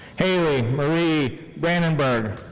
hailey marie brandenburg.